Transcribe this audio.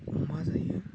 मा जायो